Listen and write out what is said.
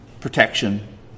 Protection